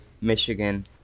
Michigan